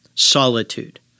Solitude